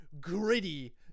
gritty